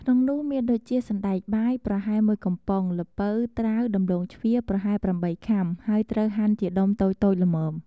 ក្នុងនោះមានដូចជា សណ្ដែកបាយ ប្រហែល ១ កំប៉ុង, ល្ពៅ ត្រាវ ដំឡូងជ្វា ប្រហែល ៨ ខាំ ហើយត្រូវហាន់ជាដុំតូចៗល្មម។